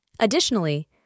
Additionally